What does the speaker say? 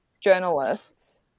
journalists